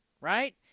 right